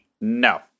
No